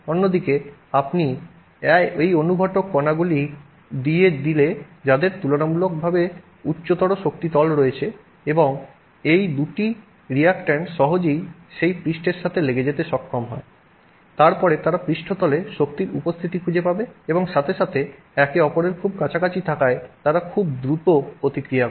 অন্যদিকে আপনি এই অনুঘটক কণাগুলি দিয়ে দিলে যাদের তুলনামূলক উচ্চতর তল শক্তি রয়েছে এবং এই দুটি রিয়্যাকট্যান্ট সহজেই সেই পৃষ্ঠের সাথে লেগে যেতে সক্ষম হয় তারপরে তারা পৃষ্ঠতলে শক্তির উপস্থিতি খুঁজে পাবে এবং সাথে সাথে একে অপরের খুব কাছাকাছি থাকায় তারা খুব দ্রুত প্রতিক্রিয়া করে